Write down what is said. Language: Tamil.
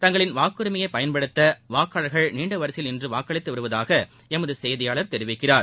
தங்களின் வாக்குரிமையை பயன்படுத்த வாக்காளர்கள் நீண்ட வரிசையில் நின்று வாக்களித்து வருவதாக எமது செய்தியாளர் தெரிவிக்கிறார்